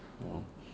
you know